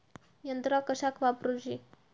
यंत्रा कशाक वापुरूची?